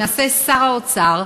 למעשה שר האוצר,